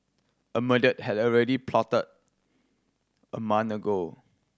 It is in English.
a murder had already plotted a month ago